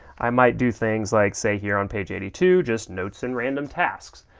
i might do things like say here on page eighty two, just notes and random tasks,